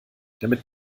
damit